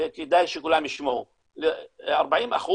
40%